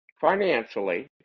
financially